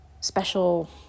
special